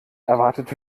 erwartet